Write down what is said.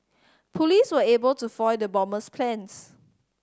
police were able to foil the bomber's plans